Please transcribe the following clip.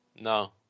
No